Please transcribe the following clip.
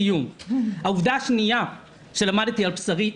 העובדה השנייה שלמדתי על בשרי,